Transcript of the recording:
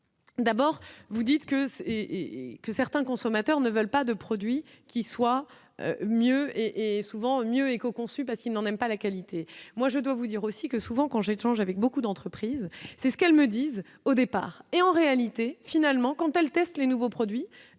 c'est et, et que certains consommateurs ne veulent pas de produits qui soient mieux et et souvent mieux éco-conçu, parce qu'il n'en n'aime pas la qualité, moi je dois vous dire aussi que souvent quand j'échange avec beaucoup d'entreprises, c'est ce qu'elle me dise au départ et en réalité finalement quand elles testent les nouveaux produits,